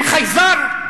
עם חייזר?